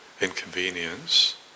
inconvenience